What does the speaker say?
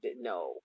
no